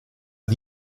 mal